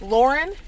Lauren